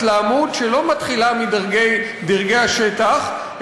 התלהמות שלא מתחילה מדרגי השטח,